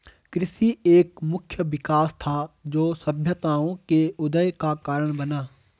कृषि एक मुख्य विकास था, जो सभ्यताओं के उदय का कारण बना